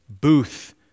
booth